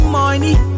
money